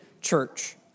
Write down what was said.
church